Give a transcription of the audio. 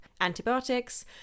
antibiotics